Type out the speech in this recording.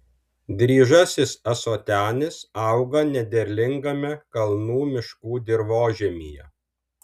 dryžasis ąsotenis auga nederlingame kalnų miškų dirvožemyje